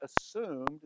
assumed